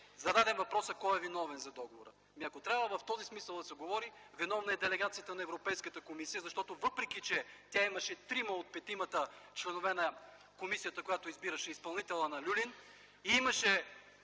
Зададен е въпросът: кой е виновен за договора? Ако трябва в този смисъл да се говори, виновна е делегацията на Европейската комисия, защото въпреки че тя имаше трима от петимата членове на комисията, която избираше изпълнителя на „Люлин”, имаше